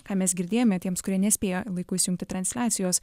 ką mes girdėjome tiems kurie nespėjo laiku įsijungti transliacijos